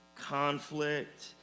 conflict